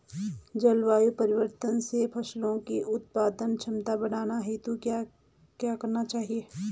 जलवायु परिवर्तन से फसलों की उत्पादन क्षमता बढ़ाने हेतु क्या क्या करना चाहिए?